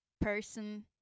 person